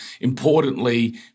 importantly